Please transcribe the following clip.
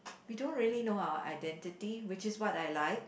we don't really know our identity which is what I like